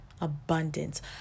abundance